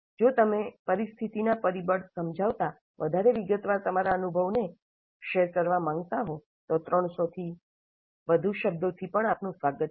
જો તમે પરિસ્થિતિનાં પરિબળ સમજાવતા વધારે વિગતવાર તમારા અનુભવને શેર કરવા માંગતા હો તો 300 થી વધુ શબ્દોથી પણ આપનું સ્વાગત છે